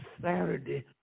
Saturday